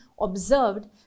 observed